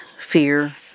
fear